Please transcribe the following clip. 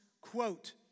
quote